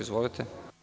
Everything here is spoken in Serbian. Izvolite.